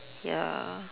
ya